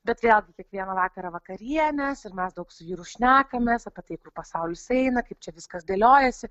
bet retai kiekvieną vakarą vakarienės ir mes daug su vyru šnekamės apie tai kur pasaulis eina kaip čia viskas dėliojasi